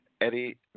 Eddie